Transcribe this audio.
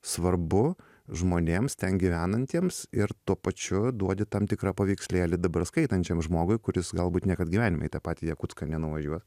svarbu žmonėms ten gyvenantiems ir tuo pačiu duodi tam tikrą paveikslėlį dabar skaitančiam žmogui kuris galbūt niekad gyvenime į tą patį jakutską nenuvažiuos